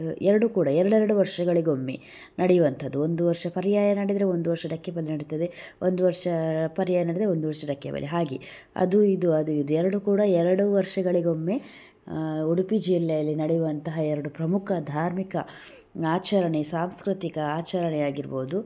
ಎರಡು ಕೂಡ ಎರಡೆರ್ಡು ವರ್ಷಗಳಿಗೊಮ್ಮೆ ನಡೆಯುವಂಥದು ಒಂದು ವರ್ಷ ಪರ್ಯಾಯ ನಡೆದರೆ ಒಂದು ವರ್ಷ ಡಕ್ಕೆಬಲಿ ನಡಿತದೆ ಒಂದು ವರ್ಷ ಪರ್ಯಾಯ ನಡೆದರೆ ಒಂದು ವರ್ಷ ಡಕ್ಕೆಬಲಿ ಹಾಗೆ ಅದು ಇದು ಅದು ಇದು ಎರಡು ಕೂಡ ಎರಡು ವರ್ಷಗಳಿಗೊಮ್ಮೆ ಉಡುಪಿ ಜಿಲ್ಲೆಯಲ್ಲಿ ನಡೆಯುವಂತಹ ಎರಡು ಪ್ರಮುಖ ಧಾರ್ಮಿಕ ಆಚರಣೆ ಸಾಂಸ್ಕೃತಿಕ ಆಚರಣೆಯಾಗಿರ್ಬೋದು